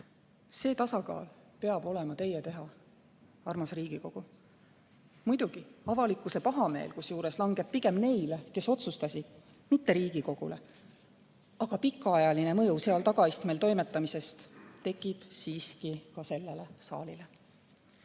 See tasakaal peab olema teie teha, armas Riigikogu. Muidugi, avalikkuse pahameel, kusjuures, langeb pigem neile, kes otsustasid, mitte Riigikogule. Aga pikaajaline mõju seal tagaistmel toimetamisest tekib siiski ka sellele saalile.